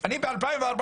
אני ב-2014,